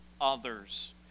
others